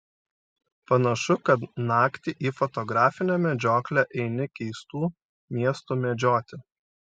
panašu kad naktį į fotografinę medžioklę eini keistų miestų medžioti